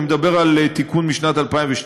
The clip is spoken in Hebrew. אני מדבר על תיקון משנת 2012,